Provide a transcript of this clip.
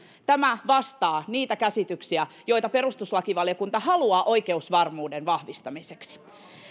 tämä vastaa niitä käsityksiä joita perustuslakivaliokunta haluaa oikeusvarmuuden vahvistamiseksi